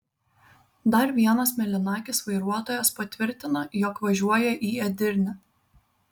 dar vienas mėlynakis vairuotojas patvirtina jog važiuoja į edirnę